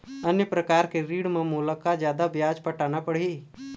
अन्य प्रकार के ऋण म मोला का जादा ब्याज पटाना पड़ही?